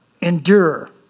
endure